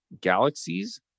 Galaxies